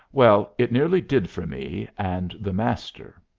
well, it nearly did for me and the master.